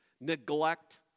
neglect